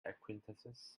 acquaintances